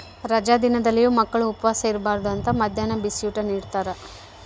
ರಜಾ ದಿನದಲ್ಲಿಯೂ ಮಕ್ಕಳು ಉಪವಾಸ ಇರಬಾರ್ದು ಅಂತ ಮದ್ಯಾಹ್ನ ಬಿಸಿಯೂಟ ನಿಡ್ತಾರ